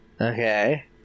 Okay